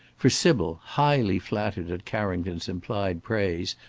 for sybil, highly flattered at carrington's implied praise,